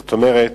זאת אומרת,